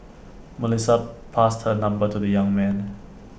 Melissa passed her number to the young man